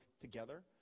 together